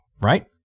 Right